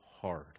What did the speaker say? hard